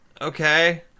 okay